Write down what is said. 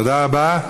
תודה רבה.